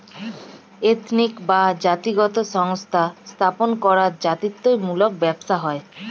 ethnic বা জাতিগত সংস্থা স্থাপন করা জাতিত্ব মূলক ব্যবসা হয়